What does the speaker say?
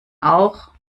auch